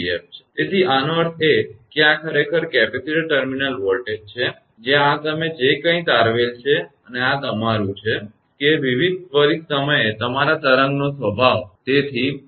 તેથી આનો અર્થ એ કે આ ખરેખર કેપેસિટર ટર્મિનલ વોલ્ટેજ છે જ્યાં આ તમે જે કાંઈ તારવેલ છે અને આ તમારું છે કે વિવિધ ત્વરિત સમયે તમારા તરંગનો સ્વભાવ ડીસપોઝિશન